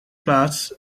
plaats